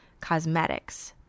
cosmetics